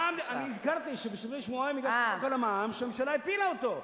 אני הזכרתי שלפני שבועיים הגשתי הצעת חוק על המע"מ והממשלה הפילה אותו.